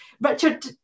Richard